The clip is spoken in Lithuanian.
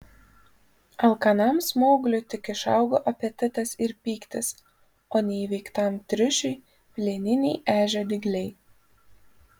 alkanam smaugliui tik išaugo apetitas ir pyktis o neįveiktam triušiui plieniniai ežio dygliai